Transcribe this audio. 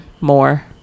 more